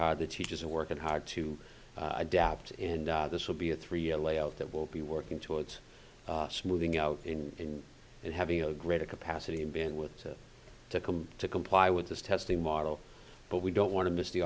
hard the teachers are working hard to adapt and this will be a three year layout that will be working towards moving out in it having a greater capacity and being worked to come to comply with this testing model but we don't want to miss the